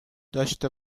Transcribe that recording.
داشه